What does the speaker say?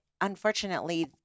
Unfortunately